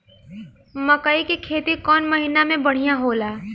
मकई के खेती कौन महीना में बढ़िया होला?